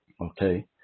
okay